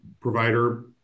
provider